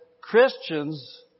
Christians